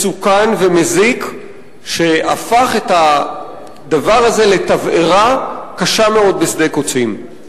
מסוכן ומזיק שהפך את הדבר הזה לתבערה קשה בשדה קוצים.